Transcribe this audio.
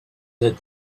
led